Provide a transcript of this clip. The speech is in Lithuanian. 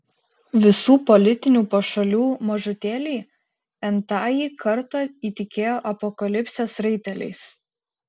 visų politinių pašalių mažutėliai n tąjį kartą įtikėjo apokalipsės raiteliais